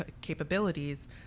capabilities